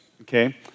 okay